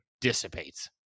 dissipates